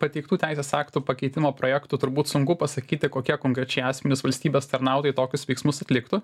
pateiktų teisės aktų pakeitimo projektų turbūt sunku pasakyti kokie konkrečiai asmenys valstybės tarnautojai tokius veiksmus atliktų